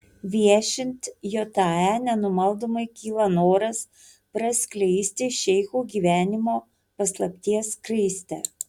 viešint jae nenumaldomai kyla noras praskleisti šeichų gyvenimo paslapties skraistę